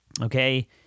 Okay